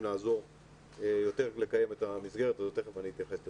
לעזור כדי לקיים את המסגרת הזאת ותכף אני אתייחס לזה.